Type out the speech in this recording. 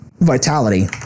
vitality